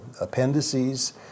appendices